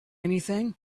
anything